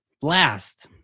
blast